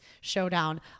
showdown